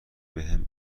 بهم